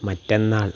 മറ്റന്നാൾ